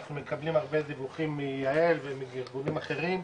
אנחנו מקבלים הרבה דיווחים מיעל ומגורמים אחרים,